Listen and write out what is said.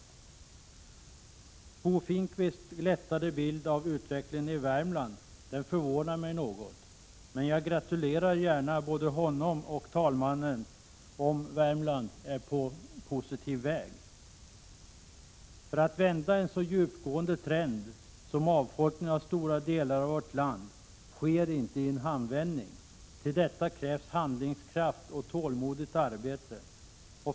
Bo Finnkvists glättade bild av utvecklingen i Värmland förvånar mig något, men jag gratulerar gärna både honom och andre vice talmannen om Värmland är på positiv väg. Att vända en så djupgående trend som avfolkningen av stora delar av vårt land sker inte i en handvändning. Till detta krävs handlingskraft och tålmodigt arbete.